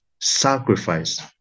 sacrifice